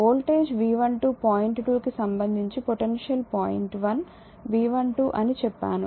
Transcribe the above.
voltage V12 point 2 కి సంబంధించి potential point 1 V12 అని చెప్పాను